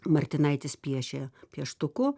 martinaitis piešė pieštuku